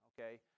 okay